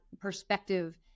perspective